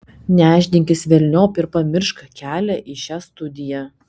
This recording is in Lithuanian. nešdinkis velniop ir pamiršk kelią į šią studiją